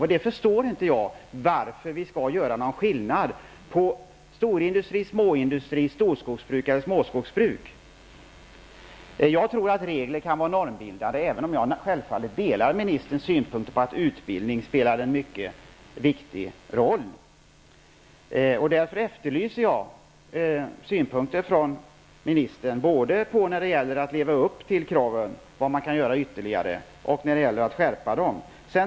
Och jag förstår inte varför vi skall göra skillnad mellan storindustri, småindustri, storskogsbruk och småskogsbruk. Jag tror att regler kan vara normbildande, även om jag självfallet delar ministerns synpunkter på att utbildning spelar en mycket viktig roll. Därför efterlyser jag synpunkter från ministern både när det gäller att leva upp till kraven på vad man kan göra ytterligare och när det gäller att skärpa kraven.